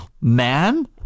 man